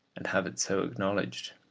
and have it so acknowledged.